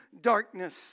darkness